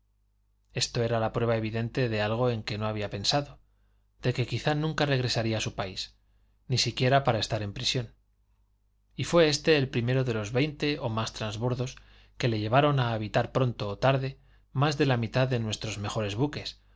esto era prueba evidente de algo en que no había pensado de que quizá nunca regresaría a su país ni siquiera para estar en prisión y fué éste el primero de los veinte o más transbordos que le llevaron a habitar pronto o tarde más de la mitad de nuestros mejores buques